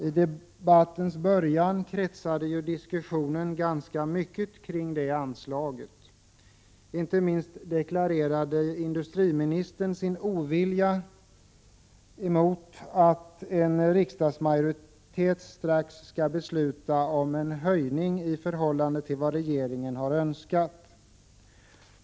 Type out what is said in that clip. I debattens början kretsade ju diskussionen ganska mycket kring detta anslag. Inte minst industriministern deklarerade sin ovilja mot att en riksdagsmajoritet strax skall besluta om en höjning av länsanslaget i förhållande till vad regeringen har önskat.